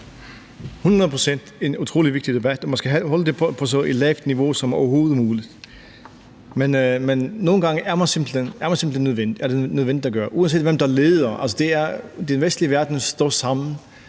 en utrolig vigtig debat, og man skal holde det på så lavt et niveau som overhovedet muligt. Men nogle gange er det simpelt hen nødvendigt at gøre, uanset hvem der leder. Altså, den vestlige verden står sammen,